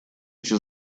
эти